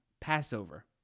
Passover